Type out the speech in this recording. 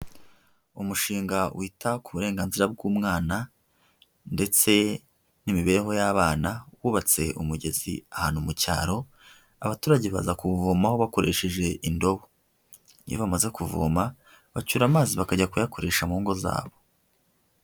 Umushinga wita ku burenganzira bw'umwana ndetse n'imibereho y'abana, bubatse umugezi ahantu mu cyaro, abaturage baza kuwuvomaho bakoresheje indobo. Iyo bamaze kuvoma, bacyura amazi bakajya kuyakoresha mu ngo zabo.